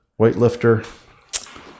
weightlifter